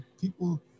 People